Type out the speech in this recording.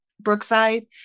Brookside